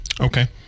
Okay